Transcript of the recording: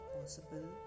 possible